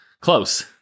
Close